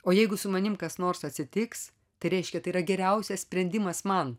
o jeigu su manim kas nors atsitiks tai reiškia tai yra geriausias sprendimas man